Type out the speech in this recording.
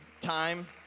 time